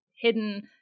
hidden